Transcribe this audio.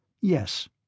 Yes